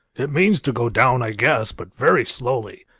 it means to go down i guess, but very slowly.